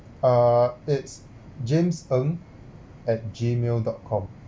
uh it's james ng at gmail dot com